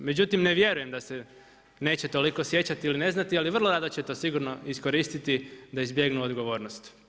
Međutim, ne vjerujem da se neće toliko sjećati ili ne znati, ali vrlo rado će to sigurno iskoristiti da izbjegnu odgovornost.